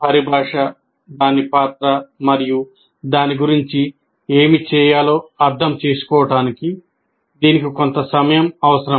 పరిభాష దాని పాత్ర మరియు దాని గురించి ఏమి చేయాలో అర్థం చేసుకోవడానికి దీనికి కొంత సమయం అవసరం